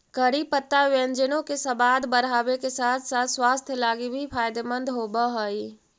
करी पत्ता व्यंजनों के सबाद बढ़ाबे के साथ साथ स्वास्थ्य लागी भी फायदेमंद होब हई